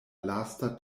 lasta